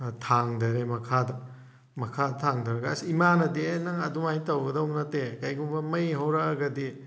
ꯊꯥꯡꯗꯔꯦ ꯃꯈꯥꯗ ꯃꯈꯥꯗ ꯊꯥꯡꯗꯔꯒ ꯑꯁ ꯏꯃꯥꯅꯗꯤ ꯑꯦ ꯅꯪ ꯑꯗꯨꯃꯥꯏꯅ ꯇꯧꯒꯗꯧꯕ ꯅꯠꯇꯦ ꯀꯩꯒꯨꯝꯕ ꯃꯩ ꯍꯧꯔꯛꯑꯒꯗꯤ